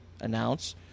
announce